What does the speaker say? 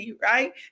right